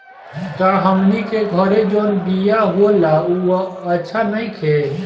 का हमनी के घरे जवन बिया होला उ अच्छा नईखे?